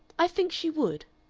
i think she would,